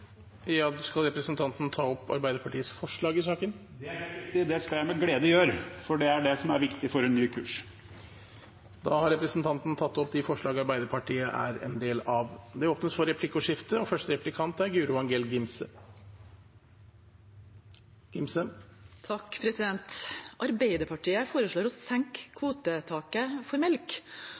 er helt riktig! Det skal jeg med glede gjøre, for det er det som er viktig for en ny kurs. Da har representanten Nils Kristen Sandtrøen tatt opp de forslagene Arbeiderpartiet er en del av, og de forslagene Arbeiderpartiet er alene om. Det blir replikkordskifte. Arbeiderpartiet foreslår å senke kvotetaket for melk,